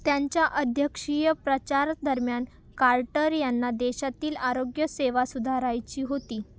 त्यांच्या अध्यक्षीय प्रचारादरम्यान कार्टर यांना देशातील आरोग्यसेवा सुधारायची होती